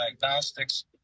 diagnostics